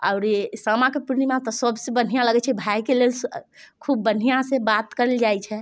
आओर सामाके पूर्णिमा तऽ सबसँ बढ़िआँ लगै छै भायके लेल खूब बढ़िआँसँ बात करल जाइ छै